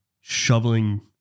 shoveling